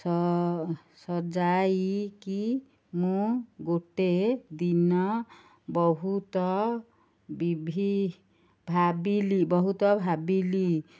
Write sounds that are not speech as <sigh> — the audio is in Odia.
ସଜାଇକି ମୁଁ ଗୋଟେ ଦିନ ବହୁତ <unintelligible> ଭାବିଲି ବହୁତ ଭାବିଲି